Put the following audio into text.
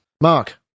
mark